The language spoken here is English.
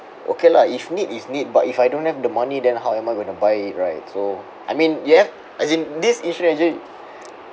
okay lah if need is need but if I don't have the money then how am I going to buy right so I mean yes as in this insurance agent